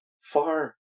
far